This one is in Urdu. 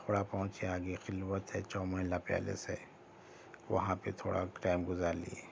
تھوڑا پہنچے آگے خلوت ہے چاؤمیلا پیلس ہے وہاں پہ تھوڑا ٹائم گزار لئے